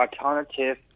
alternative